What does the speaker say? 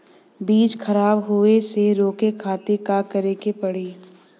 बीज खराब होए से रोके खातिर का करे के पड़ी?